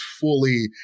fully